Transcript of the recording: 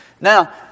Now